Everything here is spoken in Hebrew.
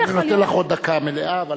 אני נותן לך עוד דקה מלאה.